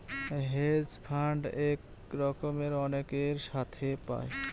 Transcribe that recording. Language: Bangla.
হেজ ফান্ড এক রকমের অনেকের সাথে পায়